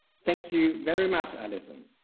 thank you very much. allison.